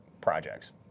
projects